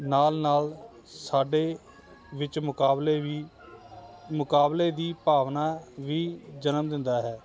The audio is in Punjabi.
ਨਾਲ ਨਾਲ ਸਾਡੇ ਵਿੱਚ ਮੁਕਾਬਲੇ ਵੀ ਮੁਕਾਬਲੇ ਦੀ ਭਾਵਨਾ ਵੀ ਜਨਮ ਦਿੰਦਾ ਹੈ